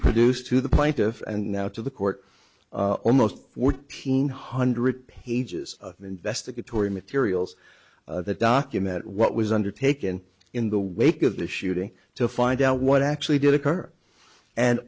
produced to the plaintiff and now to the court almost fourteen hundred pages of investigatory materials that document what was undertaken in the wake of the shooting to find out what actually did occur and